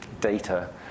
data